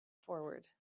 forward